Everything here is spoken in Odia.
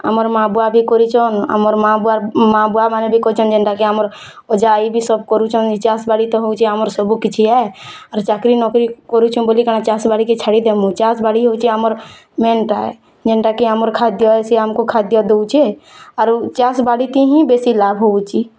ଆମର୍ ମା ବୁଆ ବି କରିଛନ୍ ଆମର୍ ମା ବୁଆର୍ ମା ବୁଆ ମାନେ ବି କରିଛନ୍ ଯେନ୍ତା କି ଆମର୍ ଅଜା ଆଈ ବି ସବ କରୁଛନ୍ ଏ ଚାଷ୍ ବାଡ଼ି ତ ହୋଉଛି ଆମର୍ ସବୁକିଛି ହେ ଆର୍ ଚାକିରୀ ନକିରି କରୁଛେଁ ବୋଲି କାଣା ଚାଷ୍ ବାଡ଼ିକେ ଛାଡ଼ିଦେମୁ ଚାଷ୍ ବାଡ଼ି ହଉଛେ ଆମର୍ ମେନ୍ ଟା ଏ ଯେନ୍ତା କି ଆମର୍ ଖାଦ୍ୟହେ ସେ ଆମକୁ ଖାଦ୍ୟ ଦୋଉଛେ ଆରୁ ଚାଷ୍ ବାଡ଼ିକେ ହିଁ ବେଶୀ ଲାଭ୍ ହୋଉଛି